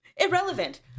Irrelevant